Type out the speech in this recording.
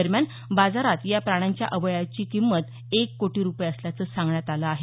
दरम्यान बाजारात या प्राण्यांच्या अवयवाची किंमत एक कोटी रूपये असल्याचं सांगण्यात आलं आहे